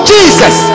Jesus